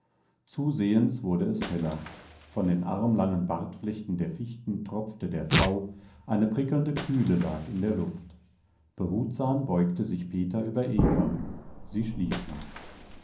zusehends wurde es heller von den armlangen bartflechten der fichten tropfte der tau eine prickelnde kühle lag in der luft behutsam beugte sich peter über eva sie schlief noch